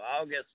August